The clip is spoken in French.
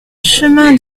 chemin